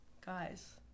guys